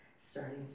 starting